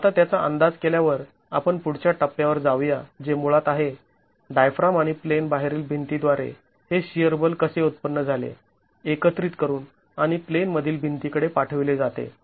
आता त्याचा अंदाज केल्यावर आपण पुढच्या टप्प्यावर जाऊया जे मुळात आहे डायफ्राम आणि प्लेन बाहेरील भिंतींद्वारे हे शिअर बल कसे उत्पन्न झाले एकत्रित करून आणि प्लेन मधील भिंतीकडे पाठविले जाते